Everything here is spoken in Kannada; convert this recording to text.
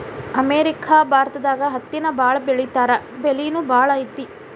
ಅಮೇರಿಕಾ ಭಾರತದಾಗ ಹತ್ತಿನ ಬಾಳ ಬೆಳಿತಾರಾ ಬೆಲಿನು ಬಾಳ ಐತಿ